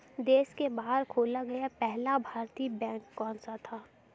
देश के बाहर खोला गया पहला भारतीय बैंक कौन सा था?